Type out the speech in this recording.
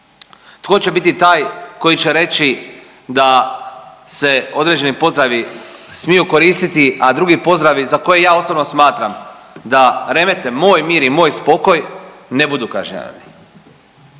Tko će biti taj koji će reći da se određeni pozdravi smiju koristiti, a drugi pozdravi za koje ja osobno smatram da remete moj mir i moj spokoj, ne budu kažnjavani